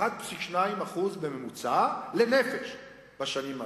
1.2% בממוצע לנפש בשנים האלה.